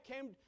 came